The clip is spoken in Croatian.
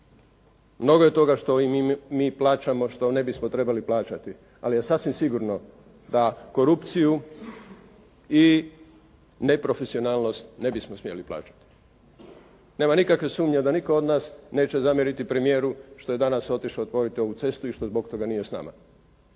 Mnogo je toga što mi plaćamo, što ne bismo trebali plaćati, ali je sasvim sigurno da korupciju i neprofesionalnost ne bismo smjeli plaćati. Nema nikakve sumnje da nitko od nas neće zamjeriti premijeru što je danas otišao otvoriti ovu cestu i što zbog toga nije s nama.